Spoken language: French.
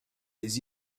des